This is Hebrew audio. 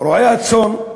רועי הצאן,